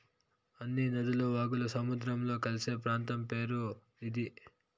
అన్ని నదులు వాగులు సముద్రంలో కలిసే ప్రాంతం పేరు ఇది